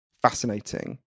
fascinating